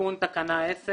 תיקון תקנה 10